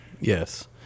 Yes